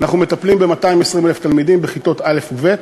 אנחנו מטפלים ב-220,000 תלמידים בכיתות א' וב'.